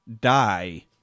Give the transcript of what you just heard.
die